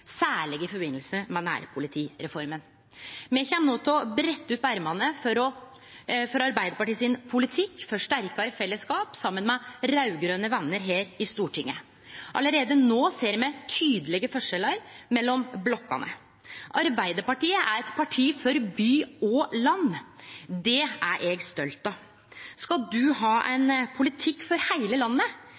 særleg i samband med nærpolitireforma. Me kjem no til å brette opp ermene for Arbeidarpartiets politikk for sterkare fellesskap, saman med raud-grøne vener her i Stortinget. Allereie no ser me tydelege forskjellar mellom blokkane. Arbeidarpartiet er eit parti for by og land. Det er eg stolt av. Skal me ha ein politikk for heile landet,